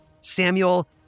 Samuel